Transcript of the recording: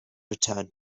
return